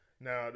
Now